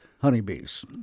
honeybees